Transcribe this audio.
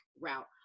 route